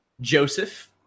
Joseph